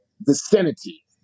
vicinity